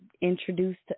introduced